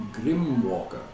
Grimwalker